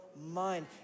mind